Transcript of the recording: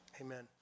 Amen